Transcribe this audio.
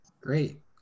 Great